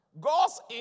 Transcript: God's